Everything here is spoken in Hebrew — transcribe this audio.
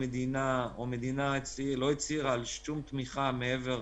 המדינה לא הצהירה על שום תמיכה מעבר